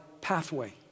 pathway